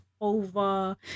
over